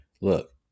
look